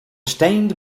stained